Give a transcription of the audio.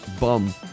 bum